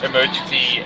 Emergency